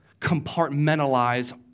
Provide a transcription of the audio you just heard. compartmentalize